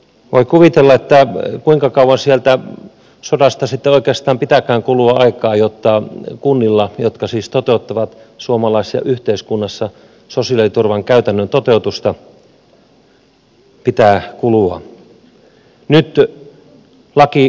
voi kuvitella kuinka kauan sieltä sodasta sitten oikeastaan pitääkään kulua aikaa jotta kunnat jotka siis toteuttavat suomalaisessa yhteiskunnassa sosiaaliturvan käytännön toteutusta pystyvät toimimaan